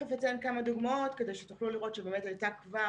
תיכף אציין כמה דוגמאות כדי שתוכלו לראות שבאמת הייתה כבר